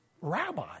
rabbi